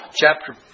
chapter